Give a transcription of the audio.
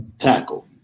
tackle